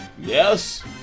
Yes